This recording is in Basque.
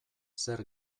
zer